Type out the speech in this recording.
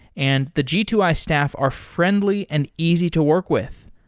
and the g two i staff are friendly and easy to work with.